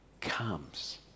comes